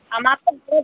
আমাকে